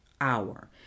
hour